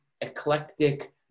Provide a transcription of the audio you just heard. eclectic